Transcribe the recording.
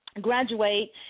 graduate